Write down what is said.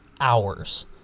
hours